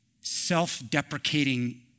self-deprecating